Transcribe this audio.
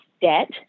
debt